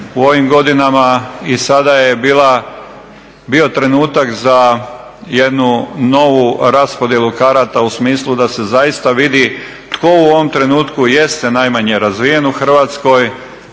u ovim godinama i sada je bio trenutak za jednu novu raspodjelu karata u smislu da se zaista vidi tko u ovom trenutku jeste najmanje razvijen u Hrvatskoj,